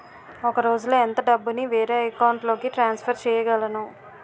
ఒక రోజులో ఎంత డబ్బుని వేరే అకౌంట్ లోకి ట్రాన్సఫర్ చేయగలను?